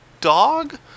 dog